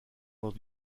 lors